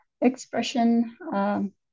expression